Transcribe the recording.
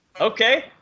Okay